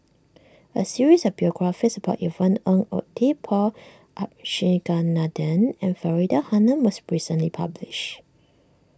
a series of biographies about Yvonne Ng Uhde Paul Abisheganaden and Faridah Hanum was recently published